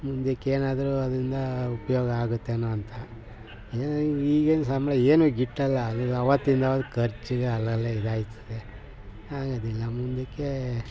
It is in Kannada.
ಮುಂದಕ್ಕೇನಾದರೂ ಅದರಿಂದ ಉಪಯೋಗ ಆಗುತ್ತೇನೋ ಅಂತ ಏನೋ ಈಗಿನ ಸಂಬಳ ಏನೂ ಗಿಟ್ಟಲ್ಲ ಅಲ್ಗೆ ಅವತ್ತಿಂದು ಅವತ್ಗೆ ಖರ್ಚಿಗೆ ಅಲ್ಲಲ್ಲೇ ಇದಾಗ್ತದೆ ಆಗೋದಿಲ್ಲ ಮುಂದಕ್ಕೆ